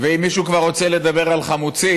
ואם מישהו כבר רוצה לדבר על חמוצים,